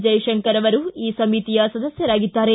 ಜೈಶಂಕರ್ ಅವರು ಈ ಸಮಿತಿಯ ಸದಸ್ವರಾಗಿದ್ದಾರೆ